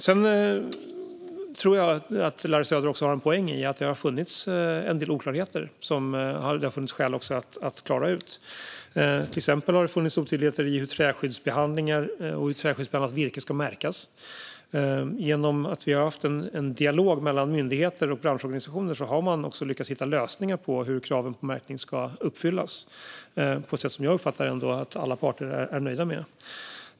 Sedan tror jag att Larry Söder har en poäng i att det har funnits en del oklarheter som det har funnits skäl att klara ut. Det har till exempel funnits otydligheter när det gäller hur träskyddsbehandlat virke ska märkas. Genom att vi har haft en dialog mellan myndigheter och branschorganisationer har man lyckats hitta lösningar på hur kraven på märkning ska uppfyllas på ett sätt som jag uppfattar att alla parter är nöjda med.